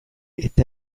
eta